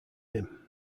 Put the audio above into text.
him